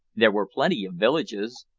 there were plenty villages,